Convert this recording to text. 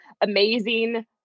amazing